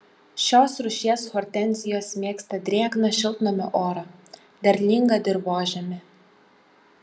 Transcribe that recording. šios rūšies hortenzijos mėgsta drėgną šiltnamio orą derlingą dirvožemį